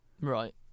Right